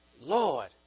Lord